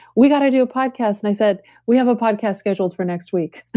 we got to do a podcast and i said we have a podcast scheduled for next week.